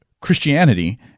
Christianity